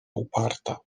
uparta